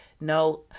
No